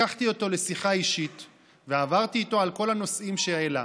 לקחתי אותו לשיחה אישית ועברתי איתו על כל הנושאים שהעלה.